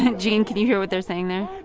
and gene, can you hear what they're saying there?